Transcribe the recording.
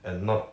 and not